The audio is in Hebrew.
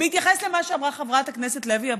בהתייחס למה שאמרה חברת הכנסת לוי אבקסיס,